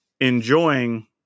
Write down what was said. enjoying